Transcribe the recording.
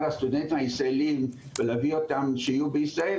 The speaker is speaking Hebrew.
הסטודנטים הישראלים ולהביא אותם שיהיו בישראל,